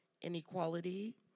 inequality